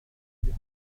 wir